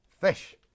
Fish